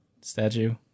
statue